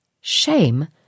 Shame